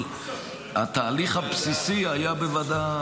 אבל התהליך הבסיסי -- בוועדה.